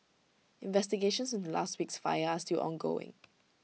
investigations into last week's fire are still ongoing